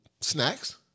snacks